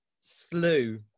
slew